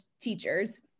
teachers